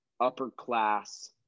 upper-class